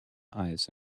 ice